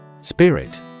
SPIRIT